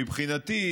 מבחינתי,